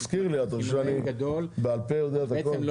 בעצם,